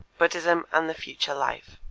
buddhism and the future life